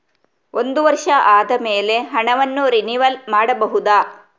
ಒಂದು ವರ್ಷ ಆದಮೇಲೆ ಹಣವನ್ನು ರಿನಿವಲ್ ಮಾಡಬಹುದ?